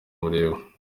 mureba